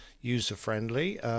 user-friendly